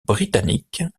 britannique